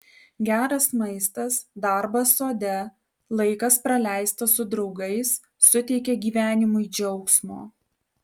geras maistas darbas sode laikas praleistas su draugais suteikia gyvenimui džiaugsmo